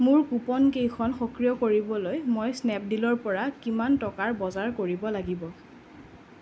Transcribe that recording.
মোৰ কুপনকেইখন সক্ৰিয় কৰিবলৈ মই স্নেপডীলৰ পৰা কিমান টকাৰ বজাৰ কৰিব লাগিব